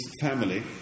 family